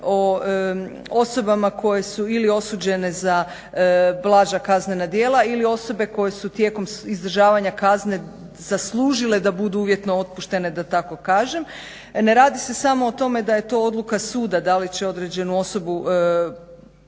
o osobama koje su ili osuđene za blaža kaznena djela ili osobe koje su tijekom izdržavanja kazne zaslužile da budu uvjetno otpuštene da tako kažem. Ne radi se samo o tome da je to odluka suda da li će određenu osobu